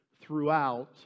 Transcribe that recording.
throughout